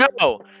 No